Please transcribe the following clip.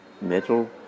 metal